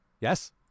yes